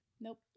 Nope